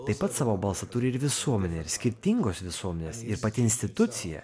taip pat savo balsą turi ir visuomenė skirtingos visuomenės ir pati institucija